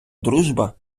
дружба